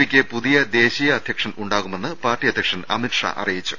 പിക്ക് പുതിയ ദേശീയ അധ്യക്ഷൻ ഉണ്ടാകുമെന്ന് പാർട്ടി അധ്യക്ഷൻ അമിത്ഷാ അറിയിച്ചു